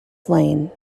slain